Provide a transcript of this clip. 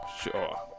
Sure